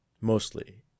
Mostly